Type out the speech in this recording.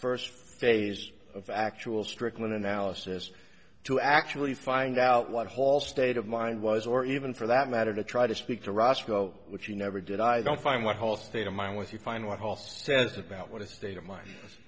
first phase of actual stricklin analysis to actually find out what whole state of mind was or even for that matter to try to speak to roscoe which he never did i don't find what whole state of mind with you find what paul says about what a state of mind